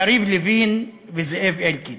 יריב לוין וזאב אלקין.